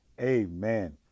amen